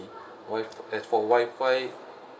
wi~ as for wifi